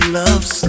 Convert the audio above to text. loves